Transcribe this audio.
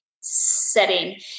setting